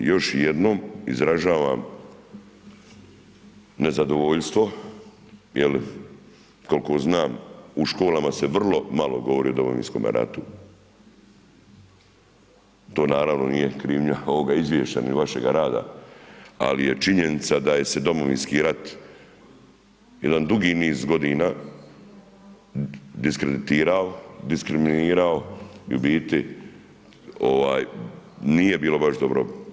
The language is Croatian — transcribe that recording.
Još jednom, izražavam nezadovoljstvo jer koliko znam, u školama se vrlo malo govori o Domovinskom ratu, to naravno nije krivnja ovoga izvješća ni vašega rada ali je činjenica da se Domovinski rat jedan dugi niz godina diskreditirao, diskriminirao i u biti nije bilo baš dobro.